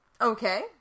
Okay